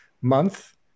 month